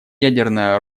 ядерное